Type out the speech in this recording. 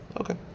Okay